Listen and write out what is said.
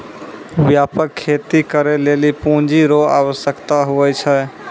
व्यापक खेती करै लेली पूँजी रो आवश्यकता हुवै छै